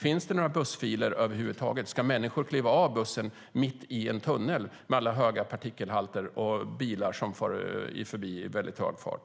Finns det några bussfiler över huvud taget? Ska människor kliva av bussen mitt i en tunnel, med alla höga partikelhalter och bilar som far förbi i hög fart?